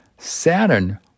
Saturn